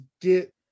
get